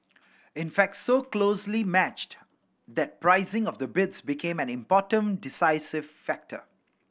in fact so closely matched that pricing of the bids became an important decisive factor